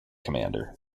commander